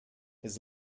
his